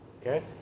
Okay